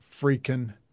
freaking